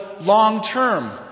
long-term